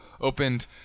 opened